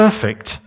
perfect